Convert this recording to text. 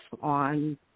on